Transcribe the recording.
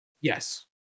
Yes